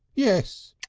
yes.